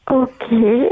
okay